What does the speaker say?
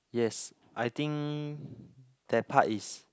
yes I think that part is